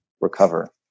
recover